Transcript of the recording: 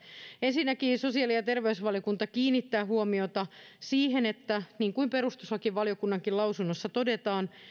ensinnäkin sosiaali ja terveysvaliokunta kiinnittää huomiota siihen niin kuin perustuslakivaliokunnankin lausunnossa todetaan